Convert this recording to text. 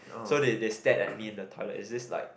so they they stared at me in the toilet is this like